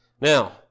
Now